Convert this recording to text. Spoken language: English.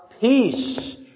peace